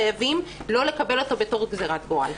חייבים לא לקבל בתור גזרת גורל.